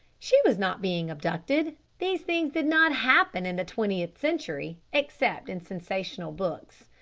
she was not being abducted. these things did not happen in the twentieth century, except in sensational books.